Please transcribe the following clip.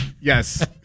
Yes